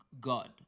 God